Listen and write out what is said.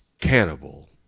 Cannibal